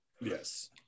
Yes